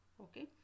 okay